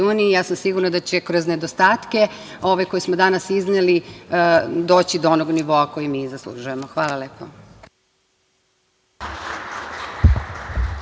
ja sam sigurna da će kroz nedostatke koje smo danas izneli doći do onog nivoa koji mi zaslužujemo. Hvala lepo.